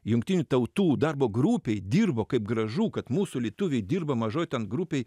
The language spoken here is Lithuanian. jungtinių tautų darbo grupėje dirbo kaip gražu kad mūsų lietuviai dirba mažoj ten grupėj